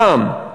מע"מ.